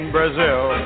Brazil